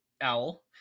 owl